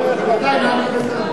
הייאוש,